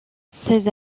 seize